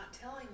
telling